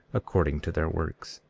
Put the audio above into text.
according to their works.